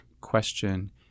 question